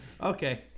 Okay